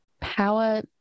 Power